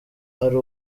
ari